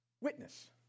Witness